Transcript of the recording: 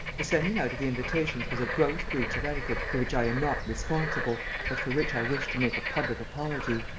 the sending out of the invitations was a gross breach of etiquette for which i am not responsible, but for which i wish to make a public apology.